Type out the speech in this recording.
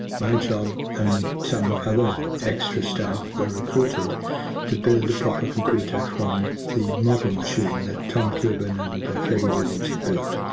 my job and some other extra staff were ah recruited to build a proper computer from the model machine that tom kilburn and freddie williams had built.